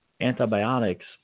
antibiotics